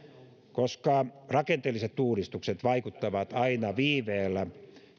koska rakenteelliset uudistukset vaikuttavat aina viiveellä